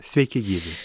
sveiki gyvi